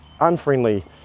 unfriendly